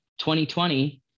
2020